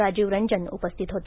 राजीव रंजन उपस्थित होते